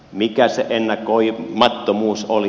mikä se ennakoimattomuus oli